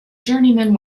journeyman